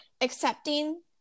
accepting